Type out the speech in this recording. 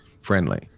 friendly